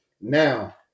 Now